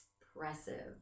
expressive